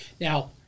Now